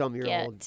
get